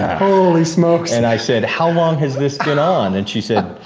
holy smokes. and i said, how long has this been on? and she said,